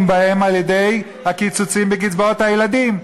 בהם על-ידי הקיצוצים בקצבאות הילדים.